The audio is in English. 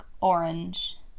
orange